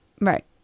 Right